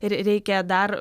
ir reikia dar